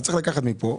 אתה לקחת מפה,